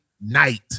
night